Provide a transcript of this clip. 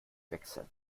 wechseln